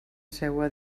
seua